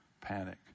panic